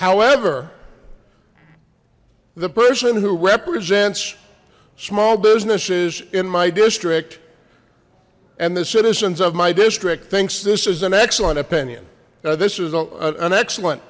however the person who represents small businesses in my district and the citizens of my district thinks this is an excellent opinion this is an excellent